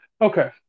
Okay